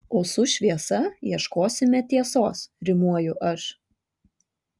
o su šviesa ieškosime tiesos rimuoju aš